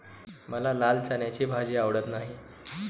मला लाल चण्याची भाजी आवडत नाही